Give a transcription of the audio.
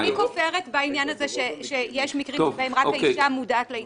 אני כופרת בעניין הזה שבהם יש מקרים שבהם רק האישה מודעת להתעללות.